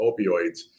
opioids